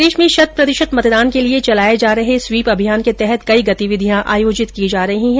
प्रदेश में शत प्रतिशत मतदान के लिये चलाये जा रहे स्वीप अभियान के तहत कई गतिविधियां आयोजित की जा रही है